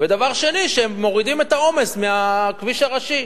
דבר שני, הם מורידים את העומס מהכביש הראשי.